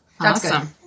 Awesome